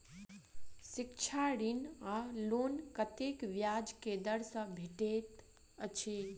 शिक्षा ऋण वा लोन कतेक ब्याज केँ दर सँ भेटैत अछि?